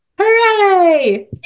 Hooray